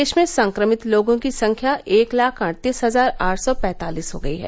देश में संक्रमित लोगों की संख्या एक लाख अड़तीस हजार आठ सौ पैंतालिस हो गई है